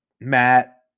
Matt